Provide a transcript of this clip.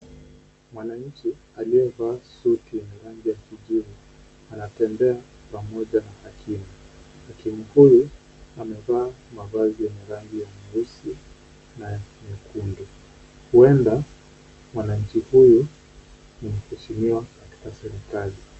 Mwananchi aliyevaa suti ya rangi ya kijivu anatembea pamoja na hakimu, hakimu huyu amevaa mavazi yenye rangi nyeusi na nyekundu huenda mwananchi huyu ni mheshimiwa katika serikali.